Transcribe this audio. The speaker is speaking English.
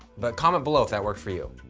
but comment below if that worked for you.